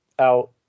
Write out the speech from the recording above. out